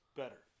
better